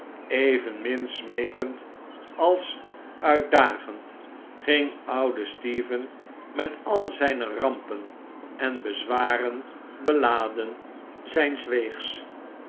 evenmin smeekend als uitdagend ging oude stephen met al zijne rampen en bezwaren beladen zijns weegs